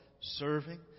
serving